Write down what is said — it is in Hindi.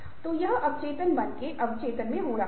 तो यह अवचेतन मन के अचेतन में हो रहा है